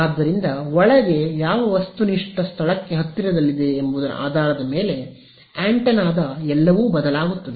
ಆದ್ದರಿಂದ ಒಳಗೆ ಯಾವ ವಸ್ತುನಿಷ್ಠ ಸ್ಥಳಕ್ಕೆ ಹತ್ತಿರದಲ್ಲಿದೆ ಎಂಬುದರ ಆಧಾರದ ಮೇಲೆ ಆಂಟೆನಾದ ಎಲ್ಲವೂ ಬದಲಾಗುತ್ತದೆ